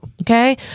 Okay